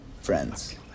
friends